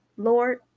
Lord